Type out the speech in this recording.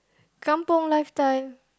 kampung lifestyle